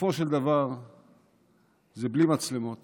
בסופו של דבר זה בלי מצלמות